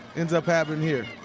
ends up happening here.